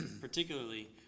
particularly